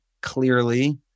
clearly